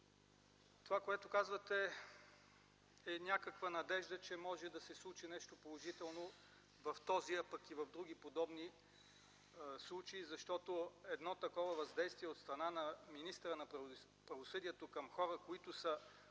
това което казвате е някаква надежда, че може да се случи нещо положително в този, а пък и в други подобни случаи. Защото, едно такова въздействие от страна на министъра на правосъдието към хора, които са